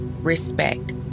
Respect